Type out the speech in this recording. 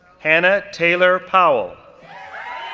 hannah taylor powell